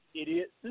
idiot